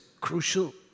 crucial